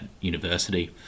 university